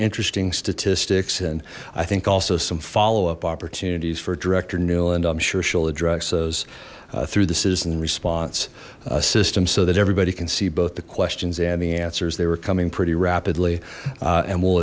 interesting statistics and i think also some follow up opportunities for director nuland i'm sure she'll address those through the citizen response system so that everybody can see both the questions and the answers they were coming pretty rapidly